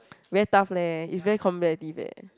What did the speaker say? very tough leh it's very competitive leh